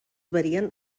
varien